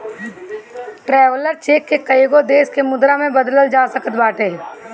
traveller cheque के कईगो देस के मुद्रा में बदलल जा सकत बाटे